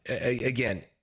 again